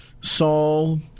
Saul